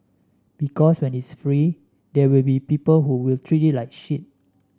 because when it's free there will be people who will treat it like shit